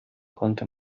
konnte